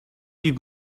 you